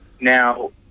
Now